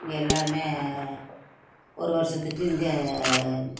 இங்கே எல்லோருமே ஒரு வருடத்துக்கு இங்கே